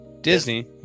Disney